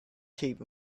keeps